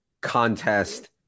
contest